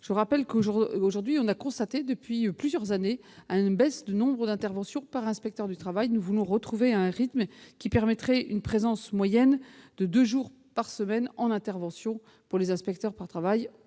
rappelle que l'on constate depuis plusieurs années une baisse du nombre d'interventions par inspecteur du travail. Nous voulons retrouver un rythme qui permette une présence moyenne de deux jours par semaine en intervention pour les inspecteurs du travail.